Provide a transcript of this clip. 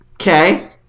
Okay